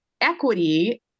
equity